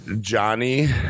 Johnny